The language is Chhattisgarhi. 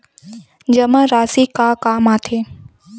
जमा राशि का काम आथे?